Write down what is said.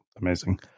Amazing